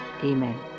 Amen